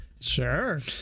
Sure